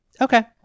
Okay